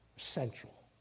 central